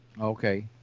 Okay